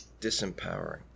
disempowering